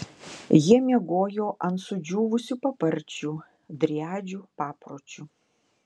jie miegojo ant sudžiūvusių paparčių driadžių papročiu